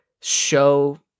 show